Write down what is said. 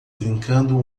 brincando